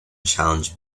challenge